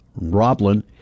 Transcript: Roblin